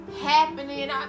happening